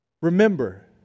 Remember